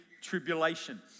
tribulation